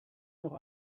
noch